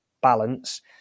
balance